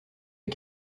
est